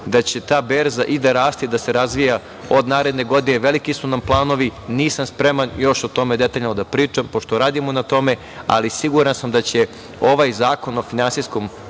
da će ta berza da raste i razvija se od naredne godine, jer su nam veliki planovi i nisam spreman još o tome detaljno da pričam, pošto radimo na tome, ali siguran sam da će ovaj zakon o tržištu